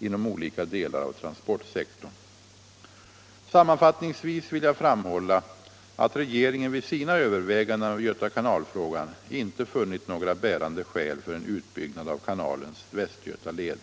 inom olika delar av transportsektorn. Sammanfattningsvis vill jag framhålla att regeringen vid sina överväganden av Göta kanalfrågan inte funnit några bärande skäl för en utbyggnad av kanalens Västgötaled.